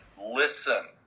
Listen